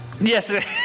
Yes